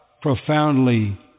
profoundly